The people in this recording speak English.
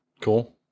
Cool